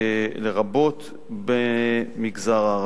לרבות במגזר הערבי.